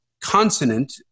consonant